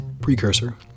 precursor